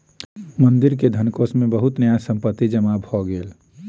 मंदिर के धनकोष मे बहुत न्यास संपत्ति जमा भ गेल